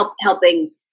helping